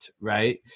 Right